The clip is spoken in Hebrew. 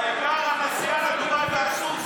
העיקר הנסיעה לדובאי, והסוס.